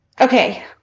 Okay